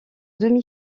demi